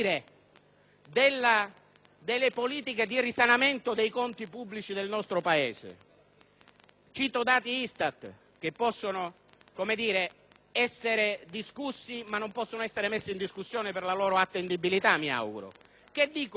delle politiche di risanamento dei conti pubblici del nostro Paese? Cito dati ISTAT che possono essere discussi, ma - mi auguro - non messi in discussione per la loro attendibilità: il livello di